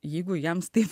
jeigu jiems tai